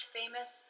famous